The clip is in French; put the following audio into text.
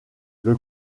les